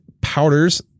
powders